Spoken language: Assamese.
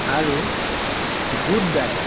আৰু গুড ডায়েট